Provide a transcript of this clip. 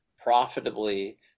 profitably